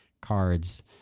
cards